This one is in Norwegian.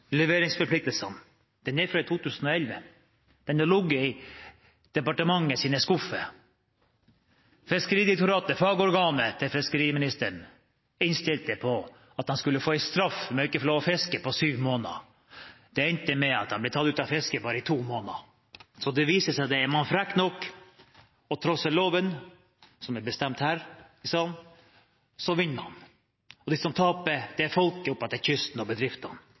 leveringsforpliktelsene. Den var fra 2011, den hadde ligget i departementets skuffer. Fiskeridirektoratet, fagorganet til fiskeriministeren, innstilte på at de skulle få straff og ikke få lov til å fiske på syv måneder. Det endte med at de ble tatt ut av fisket i bare to måneder. Det viser seg at er man frekk nok og trosser loven, som er bestemt her i salen, så vinner man. De som taper, er folket og bedriftene